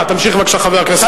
תמשיך, בבקשה, חבר הכנסת שטרית.